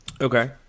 Okay